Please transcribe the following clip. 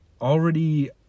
already